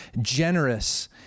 generous